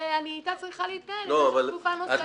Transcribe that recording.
ואתה אני צריכה להתנהל למשך תקופה נוספת.